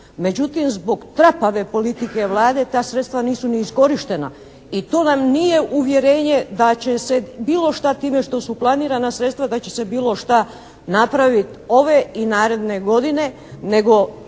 međutim zbog trapave politike Vlade ta sredstva nisu ni iskorištena i to nam nije uvjerenje da će se bilo šta time što su planirana sredstva, da će se bilo šta napraviti ove i naredne godine nego